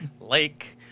lake